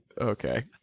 okay